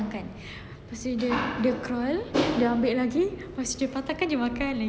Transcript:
selepas tu dia dia crawl dia ambil lagi lepas tu dia patahkan dia makan lagi